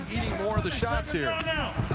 more of the shots here.